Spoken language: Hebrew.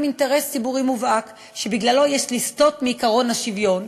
"אינטרס ציבורי מובהק" שבגללו יש לסטות מעקרון השוויון,